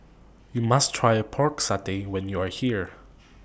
YOU must Try Pork Satay when YOU Are here